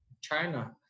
China